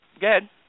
Good